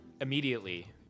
Immediately